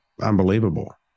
unbelievable